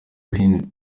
buhinde